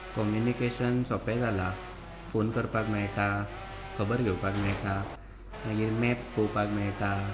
communication सोंपें जालां phone करपाक मेळटा खबर घेवपाक मेळटा मागीर मॅप पळोवपाक मेळटा